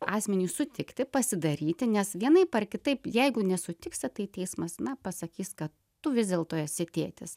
asmeniui sutikti pasidaryti nes vienaip ar kitaip jeigu nesutiksi tai teismas na pasakys kad tu vis dėlto esi tėtis